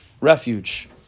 refuge